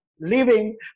living